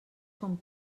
com